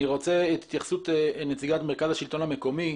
אני רוצה התייחסות נציגת מרכז השלטון המקומי,